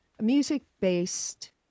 music-based